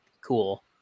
cool